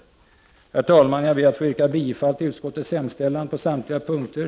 Herr talman! Jag ber att få yrka bifall till utskottets hemställan på samtliga punkter.